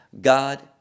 God